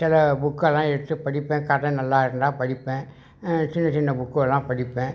சில புக்கெல்லாம் எடுத்து படிப்பேன் கதை நல்லா இருந்தால் படிப்பேன் சின்னச்சின்ன புக்குவெல்லாம் படிப்பேன்